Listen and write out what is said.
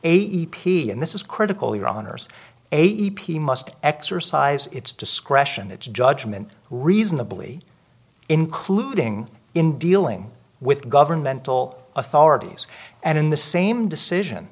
a p and this is critical your honour's a p must exercise its discretion its judgment reasonably including in dealing with governmental authorities and in the same decision